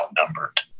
outnumbered